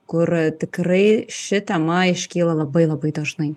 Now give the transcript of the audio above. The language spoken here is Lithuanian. kur tikrai ši tema iškyla labai labai dažnai